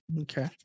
Okay